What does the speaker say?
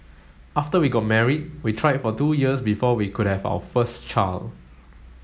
after we got married we tried for two years before we could have our first child